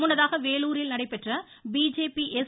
முன்னதாக வேலூரில் நடைபெற்ற பிஜேபி எஸ்